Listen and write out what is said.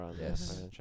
Yes